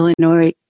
Illinois